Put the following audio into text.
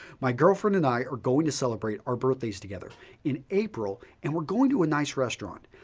my girlfriend and i are going to celebrate our birthdays together in april and we're going to a nice restaurant.